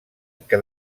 que